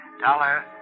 Dollar